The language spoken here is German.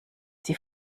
die